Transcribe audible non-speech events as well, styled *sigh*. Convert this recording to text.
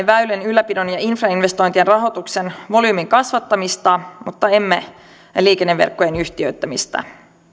*unintelligible* väylien ylläpidon ja infrainvestointien rahoituksen volyymin kasvattamista mutta emme liikenneverkkojen yhtiöittämistä